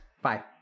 bye